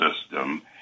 system